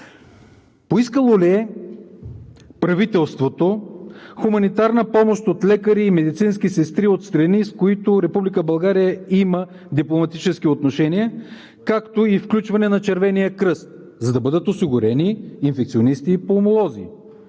Поискало ли е правителството хуманитарна помощ от лекари и медицински сестри от страни, с които Република България има дипломатически отношения, както и включване на Червения кръст, за да бъдат осигурени инфекционисти и пулмолози?